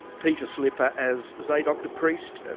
peter slipper as zadok the priest,